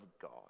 God